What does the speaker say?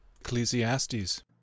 Ecclesiastes